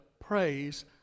praise